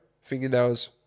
fingernails